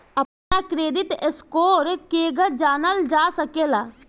अपना credit score केगा जानल जा सकेला?